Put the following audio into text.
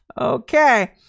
okay